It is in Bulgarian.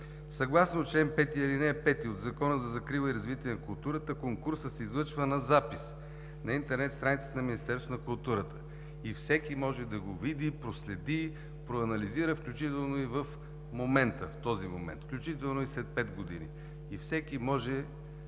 Съгласно чл. 5, ал. 5 от Закона за закрила и развитие на културата конкурсът се извършва на запис на интернет страницата на Министерството на културата и всеки може да го види, проследи, проанализира, включително и в този момент, включително и след пет години, всеки може